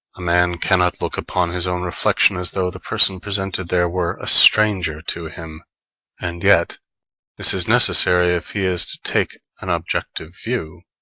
a man cannot look upon his own reflection as though the person presented there were a stranger to him and yet this is necessary if he is to take an objective view.